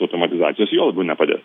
automatizacijos juo labiau nepadės